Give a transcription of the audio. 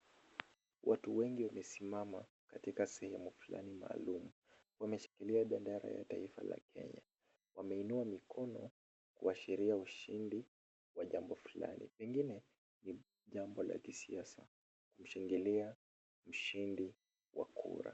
Watu wengi wamesimama katika sehemu moja maalum. Wameshikilia bendera ya taifa la Kenya. Wameinua mikono kuashiria ushindi wa jambo fulani pengine ni jambo la kisiasa. Kushangilia ushindi wa kura.